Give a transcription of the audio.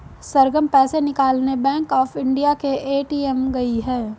सरगम पैसे निकालने bank of India के ए.टी.एम गई है